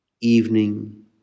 Evening